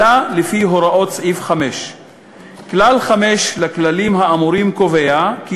אלא לפי הוראות סעיף 5. כלל 5 לכללים האמורים קובע כי